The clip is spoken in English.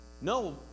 No